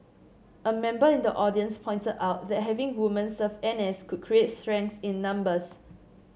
a member in the audience pointed out that having women serve N S could create strength in numbers